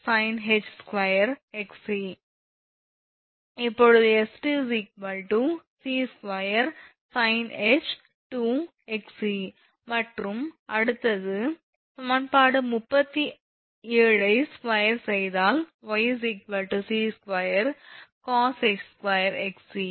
எனவே 𝑠2 𝑐2sinh2 𝑥𝑐 மற்றும் அடுத்தது சமன்பாடு 37 ஐ ஸ்கொயர் செய்தால் 𝑦2 𝑐2 cosh2 𝑥𝑐